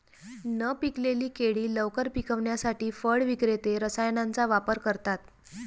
न पिकलेली केळी लवकर पिकवण्यासाठी फळ विक्रेते रसायनांचा वापर करतात